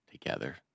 together